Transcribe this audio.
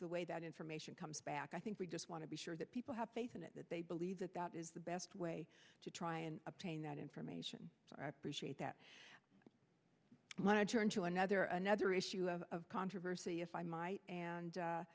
the way that information comes back i think we just want to be sure that people have faith in it that they believe that that is the best way to try and obtain that information i appreciate that when i turn to another another issue of controversy if i might and